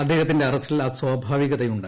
അദ്ദേഹത്തിന്റെ അറസ്റ്റിൽ അസ്വാഭാവികതയുണ്ട്